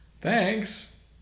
Thanks